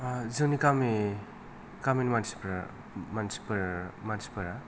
जोंनि गामिनि मानसिफोरा